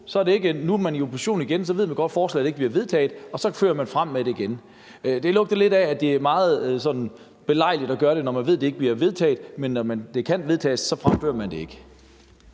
nu er man i opposition igen, og så ved man godt, at forslaget ikke bliver vedtaget, og så fremsætter man forslaget igen. Det lugter lidt af, at det er sådan meget belejligt at gøre det, når man ved, at det ikke bliver vedtaget. Men når det kan vedtages, fremsætter man det så ikke.